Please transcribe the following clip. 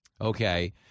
okay